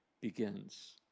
begins